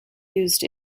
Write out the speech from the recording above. used